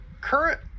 current